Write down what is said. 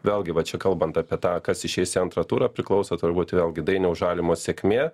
vėlgi va čia kalbant apie tą kas išeis į antrą turą priklauso turbūt vėlgi dainiaus žalimo sėkmė